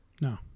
No